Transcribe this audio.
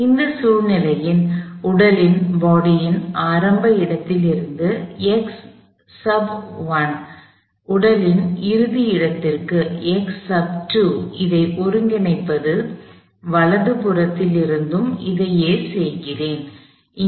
அந்த சூழ்நிலையில் உடலின் ஆரம்ப இடத்திலிருந்து உடலின் இறுதி இடத்திற்கு இதை ஒருங்கிணைத்து வலது புறத்திலும் அதையே செய்கிறேன்